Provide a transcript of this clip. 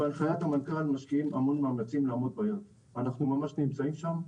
אנחנו ממש נמצאים שם.